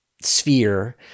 sphere